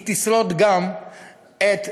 היא תשרוד גם את,